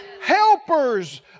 Helpers